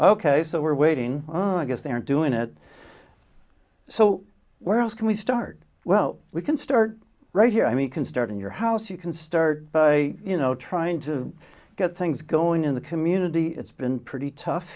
ok so we're waiting on i guess they're doing it so where else can we start well we can start right here i mean can start in your house you can start by you know trying to get things going in the community it's been pretty tough